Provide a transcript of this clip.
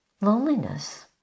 loneliness